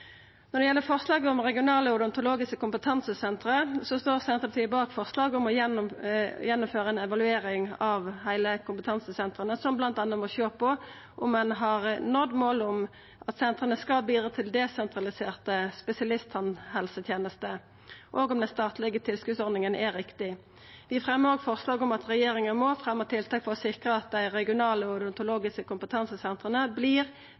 Når det gjeld forslaget om regionale og odontologiske kompetansesenter, står Senterpartiet bak forslaget om å gjennomføra ei evaluering av alle kompetansesentera, der ein bl.a. må sjå på om ein har nådd målet om at sentera skal bidra til desentraliserte spesialisttannhelsetenester, og om den statlege tilskotsordninga er riktig. Vi fremjar òg forslag om at regjeringa må fremja tiltak for å sikra at dei regionale og